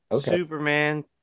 Superman